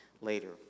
later